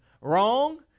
wrong